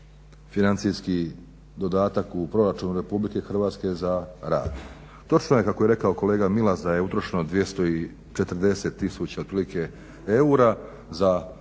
financijski dodatak u proračunu Republike Hrvatske za rad. Točno je kako je rekao kolega Milas da je utrošeno 240000 otprilike